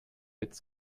its